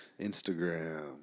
Instagram